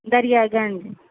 Darya Ganj